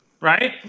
Right